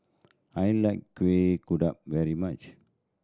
I like Kuih Kodok very much